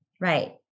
right